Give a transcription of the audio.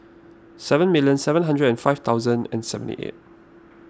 seven million seven hundred and five thousand and seventy eight